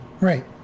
Right